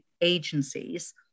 agencies